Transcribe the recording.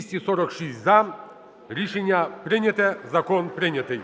За-246 Рішення прийнято. Закон прийнятий.